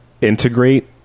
integrate